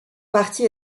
parti